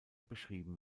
beschrieben